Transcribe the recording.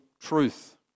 truth